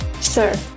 Sir